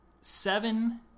seven